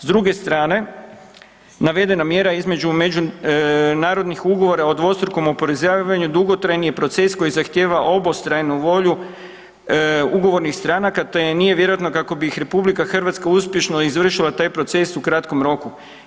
S druge strane, navedena mjera između međunarodnih Ugovora o dvostrukom oporezivanju dugotrajni je proces koji zahtjeva obostranu volju ugovornih strana kad to nije vjerojatno kako bi RH uspješno izvršila taj proces u kratkom roku.